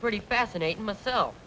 pretty fascinating myself